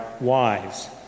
wives